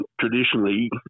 traditionally